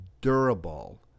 durable